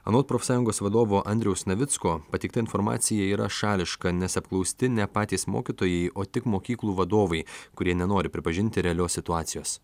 anot profsąjungos vadovo andriaus navicko pateikta informacija yra šališka nes apklausti ne patys mokytojai o tik mokyklų vadovai kurie nenori pripažinti realios situacijos